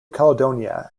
caledonia